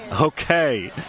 Okay